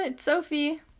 Sophie